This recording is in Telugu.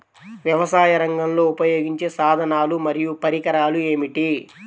వ్యవసాయరంగంలో ఉపయోగించే సాధనాలు మరియు పరికరాలు ఏమిటీ?